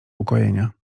ukojenia